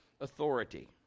authority